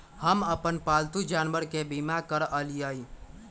हम अप्पन पालतु जानवर के बीमा करअलिअई